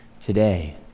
today